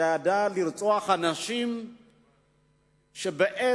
שידע לרצוח אנשים בעת